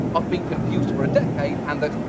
i've been confused for a decade, and that,